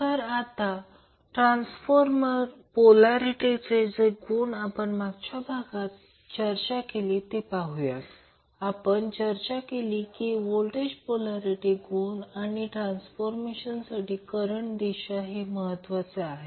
तर आता ट्रान्सफॉर्मर पोल्यारिटीचे जे गुण आपण मागच्या भागात चर्चा केली ते पाहूया आपण चर्चा केली की व्होल्टेज पोल्यारिटी गुण आणि ट्रान्सफॉर्मरसाठी करंट दिशा हे महत्त्वाचे आहेत